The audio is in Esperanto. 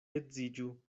edziĝu